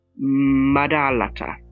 madalata